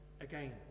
again